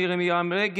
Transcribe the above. מירי מרים רגב,